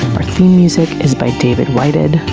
our theme music is by david whited,